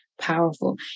powerful